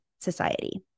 society